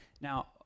Now